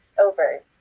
over